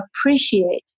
appreciate